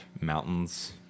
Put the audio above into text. mountains